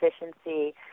efficiency